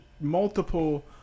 multiple